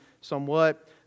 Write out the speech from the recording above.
somewhat